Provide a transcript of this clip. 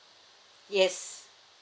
yes